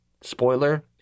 Spoiler